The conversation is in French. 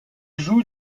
joue